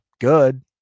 Good